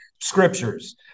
scriptures